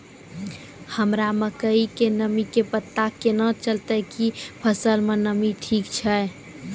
हमरा मकई के नमी के पता केना चलतै कि फसल मे नमी ठीक छै?